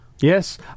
Yes